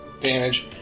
damage